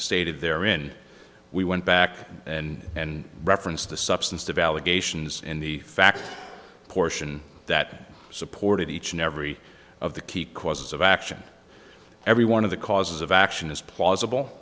stated there in we went back and and referenced the substance of allegations in the facts portion that supported each and every of the key causes of action every one of the causes of action is plausible